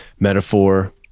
metaphor